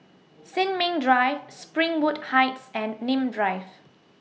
Sin Ming Drive Springwood Heights and Nim Drive